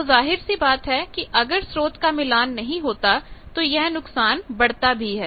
तो जाहिर सी बात है कि अगर स्रोत का मिलान नहीं होता तो यह नुकसान बढ़ता भी है